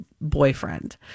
boyfriend